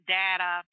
data